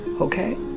okay